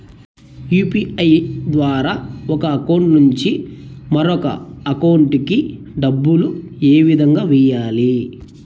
UPI ద్వారా ఒక account నుంచి మరొక అకౌంట్ కి డబ్బులు ఏ విధంగా వెయ్యాలి